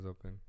open